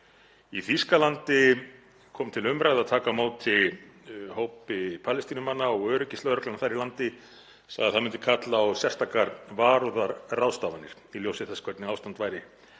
Í Þýskalandi kom til umræðu að taka á móti hópi Palestínumanna og öryggislögreglan þar í landi sagði að það myndi kalla á sérstakar varúðarráðstafanir í ljósi þess hvernig ástand væri þar